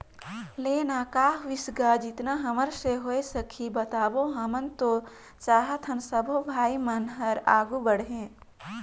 ले ना का होइस गा जेतना हमर से होय सकही बताबो हमन तो चाहथन सबो भाई मन हर आघू बढ़े